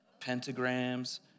pentagrams